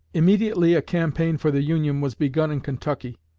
immediately a campaign for the union was begun in kentucky.